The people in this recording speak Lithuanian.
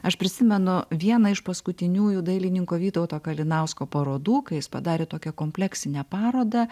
aš prisimenu vieną iš paskutiniųjų dailininko vytauto kalinausko parodų kai jis padarė tokią kompleksinę parodą